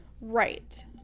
Right